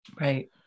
Right